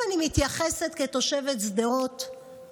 אם אני מתייחסת כתושבת שדרות,